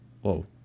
Whoa